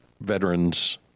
Veterans